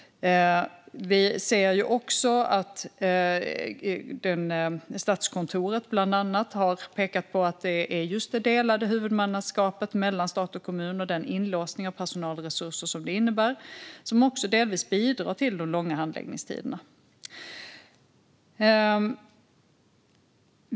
Vi ser också att Statskontoret bland annat har pekat på att det är just det delade huvudmannaskapet mellan stat och kommun och den inlåsning av personal och resurser som det innebär som delvis bidrar till de långa handläggningstiderna.